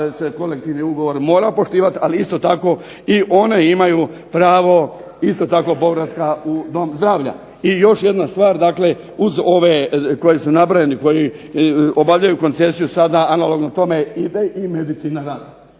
da se kolektivni ugovor mora poštivati, ali isto tako i one imaju pravo isto tako povratka u dom zdravlja. I još jedna stvar uz ove koje su nabrojani koji obavljaju koncesiju sada analogno ide i medicina rada.